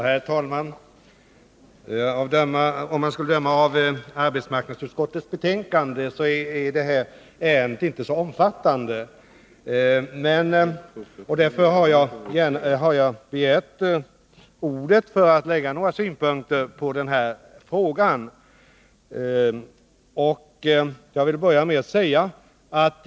Herr talman! Om man skall döma efter arbetsmarknadsutskottets betänkande är detta ärende inte så omfattande. Därför har jag begärt ordet för att anföra några synpunkter på denna fråga.